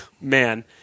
man